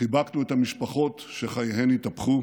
חיבקנו את המשפחות, שחייהן התהפכו,